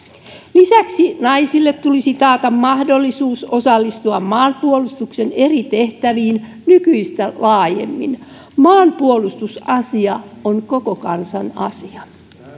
lisäksi naisille tulisi taata mahdollisuus osallistua maanpuolustuksen eri tehtäviin nykyistä laajemmin maanpuolustusasia on koko kansan asia